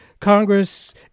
Congress